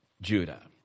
Judah